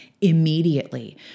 immediately